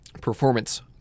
performance